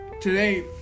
today